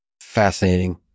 Fascinating